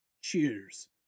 Cheers